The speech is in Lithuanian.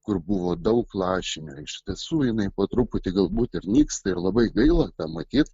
kur buvo daug lašinio iš tiesų jinai po truputį galbūt ir nyksta ir labai gaila matyt